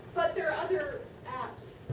there are other apps